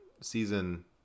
season